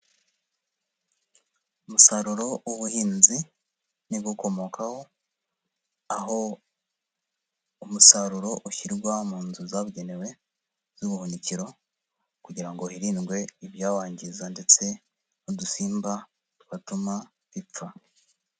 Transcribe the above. Umusaruro w'ubuhinzi n'ibiwukomokaho, aho umusaruro ushyirwa mu nzu zabugenewe z'ubuhunikiro kugira ngo hirindwe ibyawangiza ndetse n'udusimba twatuma bipfa.